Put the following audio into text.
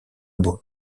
bowl